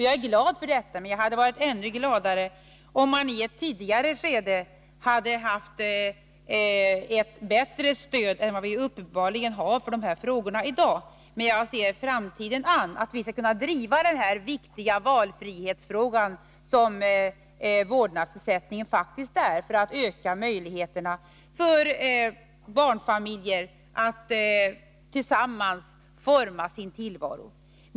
Jag är glad för detta, men jag hade varit ännu gladare, om vi i ett tidigare skede hade haft ett bättre stöd för dessa frågor än vad vi uppenbarligen har i dag. Jag ser emellertid framtiden an, att vi skall kunna driva den viktiga valfrihetsfråga som den om vårdnadsersättningen faktiskt är när det gäller att öka möjligheterna för barnfamiljer att tillsammans forma sin tillvaro.